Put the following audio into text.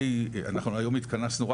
אנחנו היום התכנסנו,